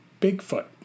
Bigfoot